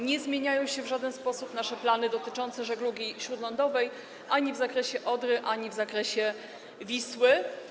Nie zmieniają się w żaden sposób nasze plany dotyczące żeglugi śródlądowej - ani w zakresie Odry, ani w zakresie Wisły.